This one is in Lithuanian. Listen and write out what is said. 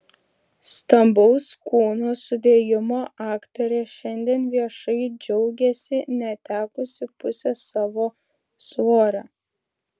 stambaus kūno sudėjimo aktorė šiandien viešai džiaugiasi netekusi pusės savo svorio